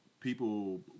people